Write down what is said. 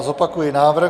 Zopakuji návrh.